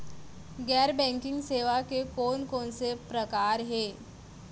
गैर बैंकिंग सेवा के कोन कोन से प्रकार हे?